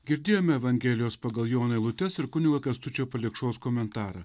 girdėjome evangelijos pagal joną eilutes ir kunigo kęstučio palikšos komentarą